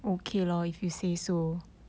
okay lor if you say so